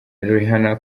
rihanna